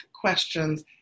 questions